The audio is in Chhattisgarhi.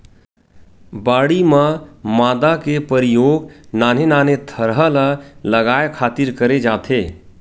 बाड़ी म मांदा के परियोग नान्हे नान्हे थरहा ल लगाय खातिर करे जाथे